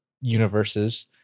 universes